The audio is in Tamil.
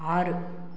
ஆறு